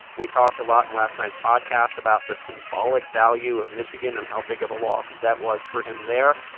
we talked a lot in last night's podcast about the symbolic value of michigan and how big of a loss that was for him there.